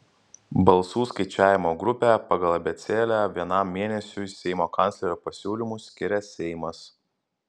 balsų skaičiavimo grupę pagal abėcėlę vienam mėnesiui seimo kanclerio pasiūlymu skiria seimas